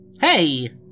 Hey